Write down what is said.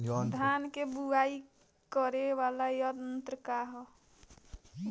धान के बुवाई करे वाला यत्र का ह?